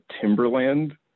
timberland